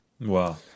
Wow